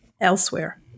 elsewhere